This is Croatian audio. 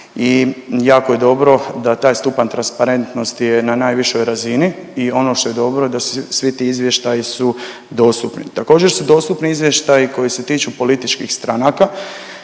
i jako je dobro da taj stupanj transparentnosti je na najvišoj razini i ono što je dobro da svi ti izvještaji su dostupni. Također su dostupni izvještaji koji se tiču političkih stranaka